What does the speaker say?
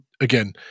again